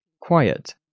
Quiet